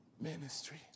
ministry